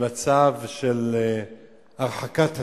למצב של הרחקת השלום.